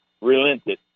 relented